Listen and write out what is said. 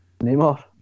Neymar